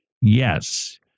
Yes